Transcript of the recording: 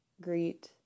greet